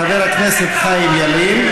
חבר הכנסת חיים ילין,